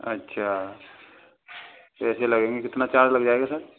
अच्छा पैसे लगेंगे कितना चार्ज लग जाएगा सर